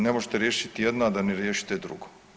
Ne možete riješiti jedno, a da ne riješite drugo.